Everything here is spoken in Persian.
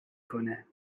کنه